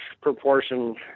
proportion